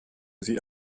sie